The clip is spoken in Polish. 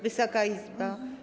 Wysoka Izbo!